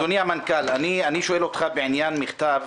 המנכ"ל, אני שואל אותך בעניין מכתב